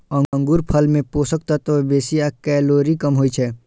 अंगूरफल मे पोषक तत्व बेसी आ कैलोरी कम होइ छै